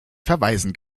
verweisen